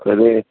సరే